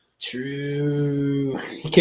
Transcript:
True